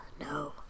no